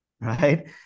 right